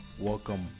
Welcome